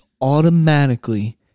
automatically